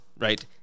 Right